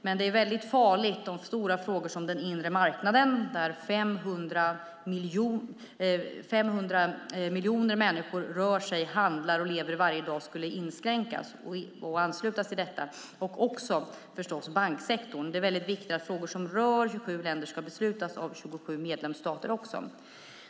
Men det är farligt om stora frågor som den inre marknaden där 500 miljoner människor varje dag rör sig, handlar och lever skulle inskränkas. Det gäller också banksektorn. Det är viktigt att frågor som rör 27 länder beslutas av 27 länder.